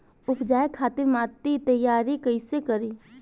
उपजाये खातिर माटी तैयारी कइसे करी?